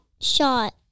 shot